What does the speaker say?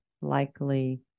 likely